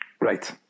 Right